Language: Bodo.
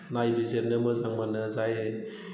नायबिजिरनो मोजां मोनो जाय